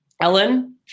Ellen